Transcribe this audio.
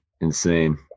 insane